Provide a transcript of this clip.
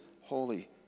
holy